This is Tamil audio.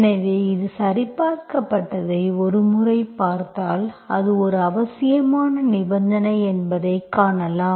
எனவே இது சரிபார்க்கப்பட்டதை ஒரு முறை பார்த்தால் அது ஒரு அவசியமான நிபந்தனை என்பதை காணலாம்